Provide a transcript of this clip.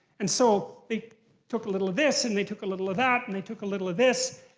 and so they took a little of this, and they took a little of that, and they took a little of this.